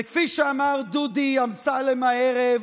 וכפי שאמר דודי אמסלם הערב: